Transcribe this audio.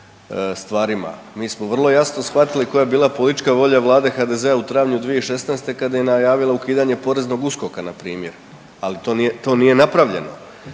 Mi smo vrlo jasno shvatili koja je bila politička volja Vlade HDZ-a u travnju 2016. kada je najavila ukidanje poreznog USKOK-a na primjer, ali to nije napravljeno.